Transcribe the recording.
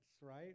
right